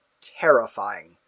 terrifying